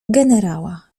generała